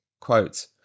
Quote